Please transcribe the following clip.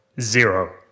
zero